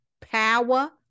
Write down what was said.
power